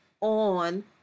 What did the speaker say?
on